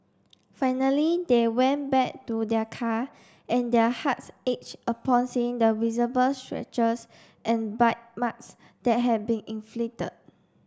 finally they went back to their car and their hearts aged upon seeing the visible scratches and bite marks that had been inflicted